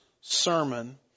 sermon